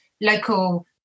local